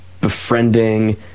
befriending